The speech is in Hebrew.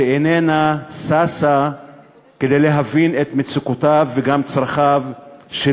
שאיננה ששה להבין את מצוקותיו וצרכיו של